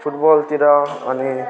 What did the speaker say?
फुटबलतिर अनि